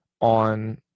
on